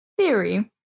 theory